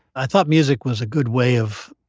i thought music was a good way of,